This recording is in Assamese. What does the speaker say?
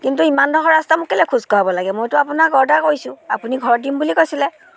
কিন্তু ইমানডখৰ ৰাস্তা মোক কেলে খোজকঢ়াব লাগে মইতো আপোনাক অৰ্ডাৰ কৰিছোঁ আপুনি ঘৰত দিম বুলি কৈছিলে